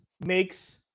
makes